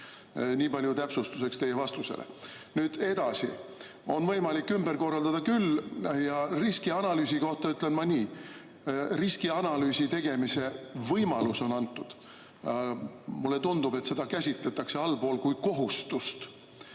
Niipalju täpsustuseks teie vastusele. Edasi. On võimalik ümber korraldada küll. Riskianalüüsi kohta ütlen ma nii. Riskianalüüsi tegemise võimalus on antud. Mulle tundub, et seda käsitletakse allpool kui kohustust.